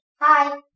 Hi